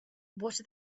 what